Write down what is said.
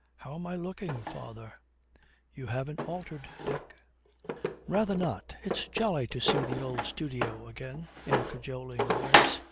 how am i looking, father you haven't altered, dick rather not. it's jolly to see the old studio again in a cajoling voice,